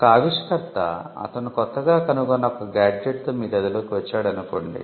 ఒక ఆవిష్కర్త అతను కొత్తగా కనుగొన్న ఒక గాడ్జెట్తో మీ గదిలోకి వచ్చేడనుకోండి